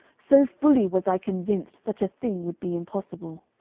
so fully was i convinced such a thing would be impossible.